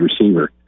receiver